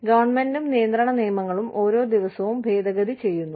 ഗവൺമെന്റും നിയന്ത്രണ നിയമങ്ങളും ഓരോ ദിവസവും ഭേദഗതി ചെയ്യുന്നു